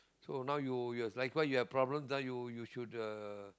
so now you your like why you have problems ah you should uh